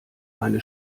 meine